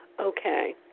Okay